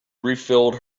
refilled